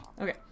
Okay